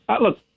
look